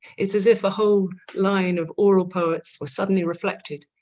it's as if a whole line of oral poets were suddenly reflected,